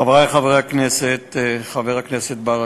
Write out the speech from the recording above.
חברי חברי הכנסת, חבר הכנסת ברכה,